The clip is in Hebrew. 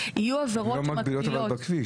הן לא מקבילות בכביש.